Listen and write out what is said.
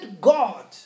God